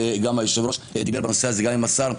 והיושב-ראש דיבר בנושא הזה גם עם השר,